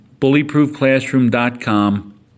bullyproofclassroom.com